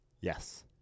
Yes